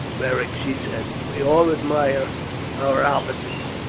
beric! she said. we all admire our opposites,